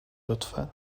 لطفا